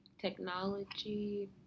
technology